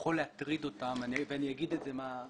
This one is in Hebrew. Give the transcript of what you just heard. יכול להטריד אותם ואני אומר את זה.